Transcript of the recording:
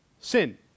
sin